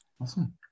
awesome